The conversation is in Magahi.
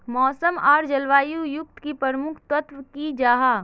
मौसम आर जलवायु युत की प्रमुख तत्व की जाहा?